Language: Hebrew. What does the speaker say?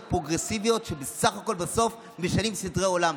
פרוגרסיביות שבסך הכול בסוף משנות סדרי עולם.